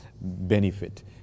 benefit